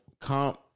comp